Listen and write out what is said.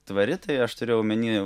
tvari tai aš turiu omeny